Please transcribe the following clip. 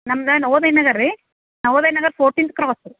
ನಮ್ದು ನವೋದಯ ನಗರ ರೀ Navodaya Nagar fourteenth cross